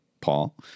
Paul